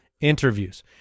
Interviews